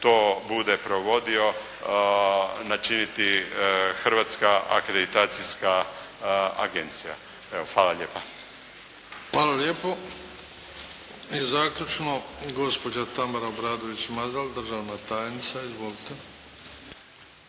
to bude provodio načiniti Hrvatska akreditacijska agencija. Evo hvala lijepa. **Bebić, Luka (HDZ)** Hvala lijepo. I zaključno, gospođa Tamara Obradović Mazal državna tajnica. Izvolite.